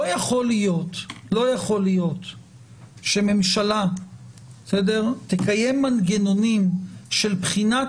לא יכול להיות שממשלה תקיים מנגנונים של בחינת